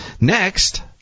Next